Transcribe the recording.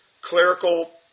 clerical